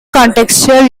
contextual